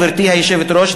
גברתי היושבת-ראש,